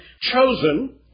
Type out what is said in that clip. chosen